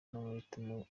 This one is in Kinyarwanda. n’amahitamo